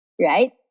Right